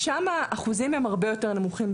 שם האחוזים הרבה יותר נמוכים,